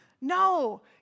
No